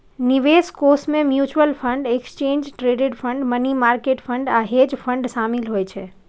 निवेश कोष मे mutual fund, exchange traded fund, money market fund आ हेज फंड शामिल होइ छै